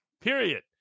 period